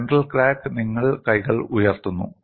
central crack നിങ്ങൾ കൈകൾ ഉയർത്തുന്നു